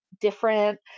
different